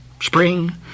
spring